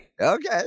Okay